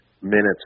minutes